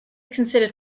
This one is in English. considered